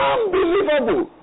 Unbelievable